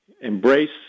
embrace